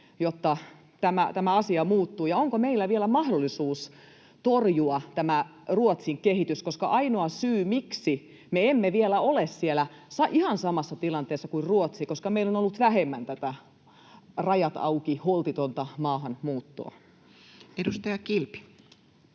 jotta tämä asia muuttuu, ja onko meillä vielä mahdollisuus torjua tämä Ruotsin kehitys? Koska ainoa syy, miksi me emme vielä ole ihan samassa tilanteessa kuin Ruotsi, on se, että meillä on ollut vähemmän tätä rajat auki ‑politiikan holtitonta maahanmuuttoa. [Speech 268]